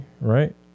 right